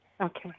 Okay